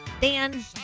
Dan